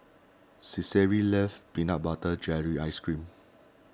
Cicely loves Peanut Butter Jelly Ice Cream